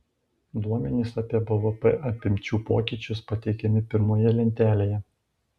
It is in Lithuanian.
duomenys apie bvp apimčių pokyčius pateikiami pirmoje lentelėje